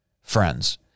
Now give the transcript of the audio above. friends